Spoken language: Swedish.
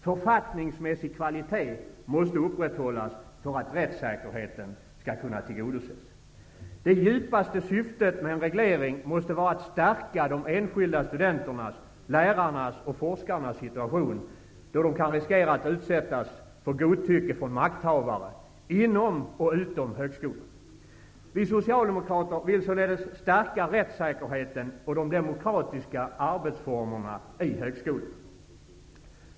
Författningsmässig kvalitet måste upprätthållas för att rättssäkerheten skall kunna tillgodoses. Det djupaste syftet med en reglering måste vara att stärka de enskilda studenternas, lärarnas och forskarnas situation, då de kan riskera att utsättas för godtycke från makthavare inom och utom högskolan. Vi socialdemokrater vill således stärka rättssäkerheten och de demokratiska arbetsformerna i högskolan.